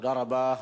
תודה רבה.